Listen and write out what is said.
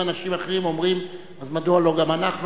אנשים אחרים ואומרים: אז מדוע לא גם אנחנו?